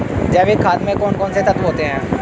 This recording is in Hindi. जैविक खाद में कौन कौन से तत्व होते हैं?